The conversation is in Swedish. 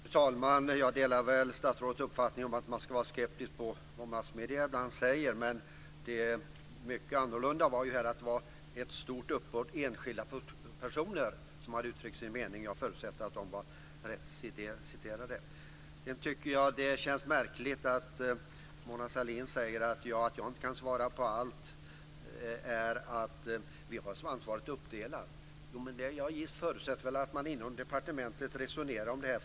Fru talman! Jag delar statsrådets uppfattning om att man ska vara skeptisk till det som massmedierna säger. Men här var det ett stort uppbåd enskilda personer som hade uttryckt sin mening. Jag förutsätter att de var rätt citerade. Sedan tycker jag att det är märkligt att Mona Sahlin säger att hon inte kan svara på allt, eftersom ansvaret är uppdelat. Men jag förutsätter att man inom departementet resonerar om det här.